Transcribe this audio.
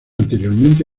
anteriormente